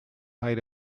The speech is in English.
height